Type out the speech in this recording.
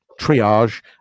triage